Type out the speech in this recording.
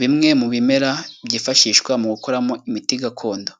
Bimwe mu bimera byifashishwa mu gukuramo imiti gakondo,